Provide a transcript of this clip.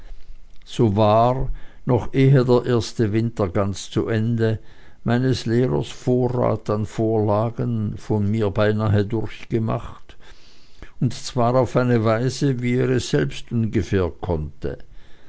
so war noch ehe der erste winter ganz zu ende meines lehrers vorrat an vorlagen von mir beinahe durchgemacht und zwar auf eine weise wie er selbst ungefähr konnte